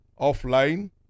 offline